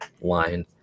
line